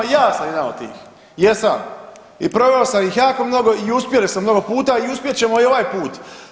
Ja sam jedan od tih, jesam i proveo sam ih jako mnogo i uspjeli smo mnogo puta i uspjet ćemo i ovaj put.